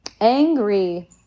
angry